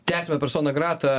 tęsiame persona grata